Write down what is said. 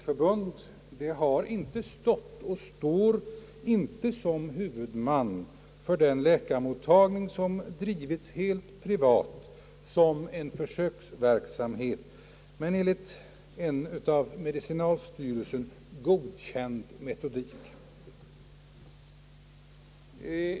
Förbundet har inte stått och står inte som huvudman för den läkarmottagning som drivits helt privat som en försöksverksamhet enligt en av medicinalstyrelsen godkänd metodik.